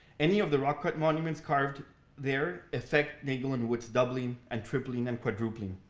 any of the rock cut monuments carved there effect nagel and woods' doubling and tripling and quadrupling.